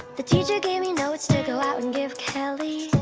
the teacher gave me notes to go out and give kelly